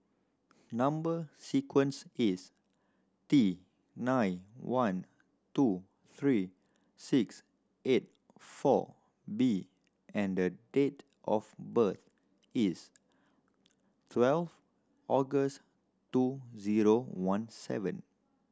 number sequence is T nine one two three six eight four B and date of birth is twelve August two zero one seven